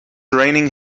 raining